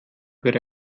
wäre